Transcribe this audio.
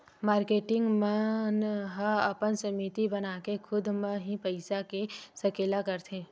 marketing मन ह अपन समिति बनाके खुद म ही पइसा के सकेला करथे